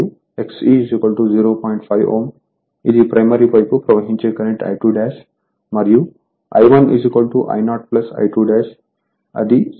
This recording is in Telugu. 5 Ωఇది ప్రైమరీ వైపు ప్రవహించే కరెంట్ I2 మరియు I1 I0 I2 అది 7